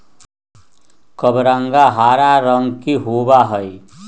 कबरंगा हरा रंग के होबा हई